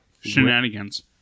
Shenanigans